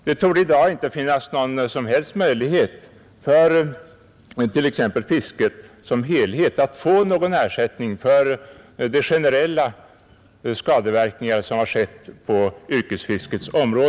Det torde i dag inte finnas någon som helst möjlighet för fisket som helhet att få någon ersättning för de generella skador som åsamkats yrkesfisket.